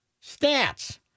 stance